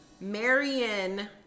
Marion